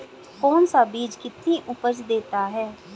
कौन सा बीज कितनी उपज देता है?